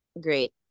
great